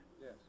Yes